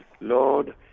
Lord